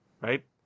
right